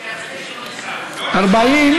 הון (תיקון,